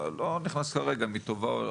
אני לא נכנס כרגע לאם היא טובה או לא.